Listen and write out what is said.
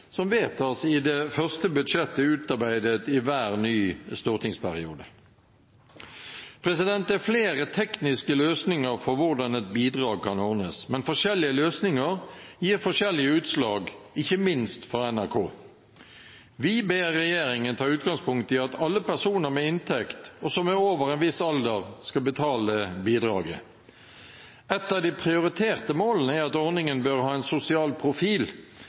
som vedtas i det første budsjettet utarbeidet i hver ny stortingsperiode. Det er flere tekniske løsninger for hvordan et bidrag kan ordnes, men forskjellige løsninger gir forskjellige utslag, ikke minst for NRK. Vi ber regjeringen ta utgangspunkt i at alle personer med inntekt og som er over en viss alder, skal betale bidraget. Et av de prioriterte målene er at ordningen bør ha en sosial profil.